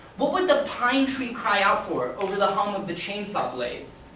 what would the pine tree cry out for over the hum of the chainsaw blades?